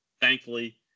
thankfully